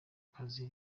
akazi